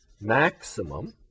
maximum